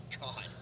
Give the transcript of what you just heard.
God